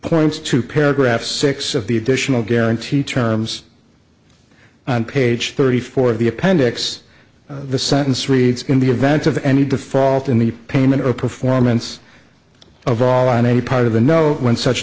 points to paragraph six of the additional guarantee terms on page thirty four of the appendix the sentence reads in the event of any default in the payment or performance of all on any part of a no w